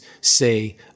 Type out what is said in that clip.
say